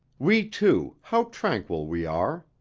we two, how tranquil we are.